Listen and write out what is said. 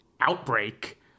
outbreak